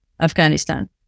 Afghanistan